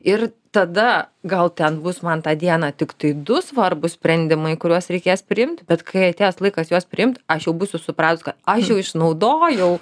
ir tada gal ten bus man tą dieną tiktai du svarbūs sprendimai kuriuos reikės priimt bet kai atėjąs laikas juos priimt aš jau būsiu supratus kad aš jau išnaudojau